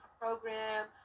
program